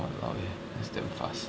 !walao! eh that's damn fast